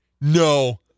no